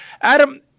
Adam